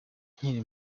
nkiri